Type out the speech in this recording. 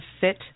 Fit